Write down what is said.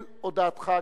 חבר הכנסת זחאלקה.